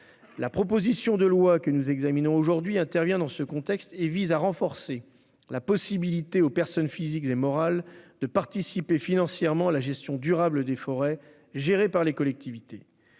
La proposition de loi que nous examinons intervient dans ce contexte et vise à renforcer la faculté des personnes physiques et morales à participer à la gestion durable des forêts gérées par les collectivités.